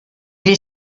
est